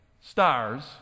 stars